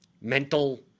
mental